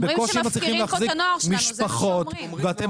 בקושי הם מצליחים להחזיק משפחות ואתם